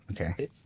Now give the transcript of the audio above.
okay